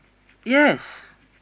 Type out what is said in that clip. yes